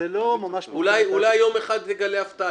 אולי יום אחד נגלה הפתעה.